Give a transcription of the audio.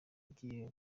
ugiye